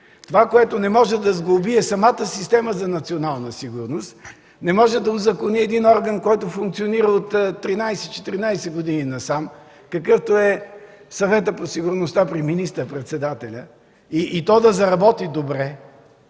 Това, което не може да сглоби, е самата система за национална сигурност. Не може да узакони един орган, който функционира от 13-14 години насам, какъвто е Съветът по сигурността при министър-председателя и той да заработи добре,